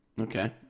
Okay